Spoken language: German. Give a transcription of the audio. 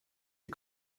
die